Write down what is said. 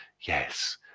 Yes